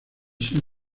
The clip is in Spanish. sin